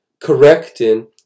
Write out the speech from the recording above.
correcting